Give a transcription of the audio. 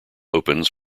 opens